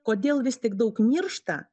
kodėl vis tik daug miršta